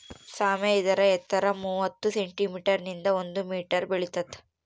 ಸಾಮೆ ಇದರ ಎತ್ತರ ಮೂವತ್ತು ಸೆಂಟಿಮೀಟರ್ ನಿಂದ ಒಂದು ಮೀಟರ್ ಬೆಳಿತಾತ